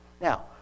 Now